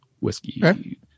Whiskey